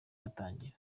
yatangira